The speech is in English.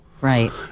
Right